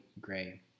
gray